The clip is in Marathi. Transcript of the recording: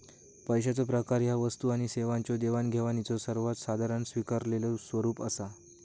पैशाचो प्रकार ह्या वस्तू आणि सेवांच्यो देवाणघेवाणीचो सर्वात साधारण स्वीकारलेलो स्वरूप असा